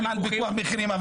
מדברים על פיקוח מחירים,